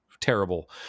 terrible